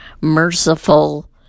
merciful